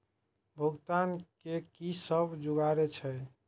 भुगतान के कि सब जुगार छे?